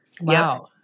Wow